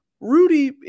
Rudy